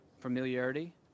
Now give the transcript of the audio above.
Familiarity